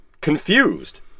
confused